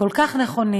שהם כל כך נכונים,